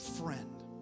friend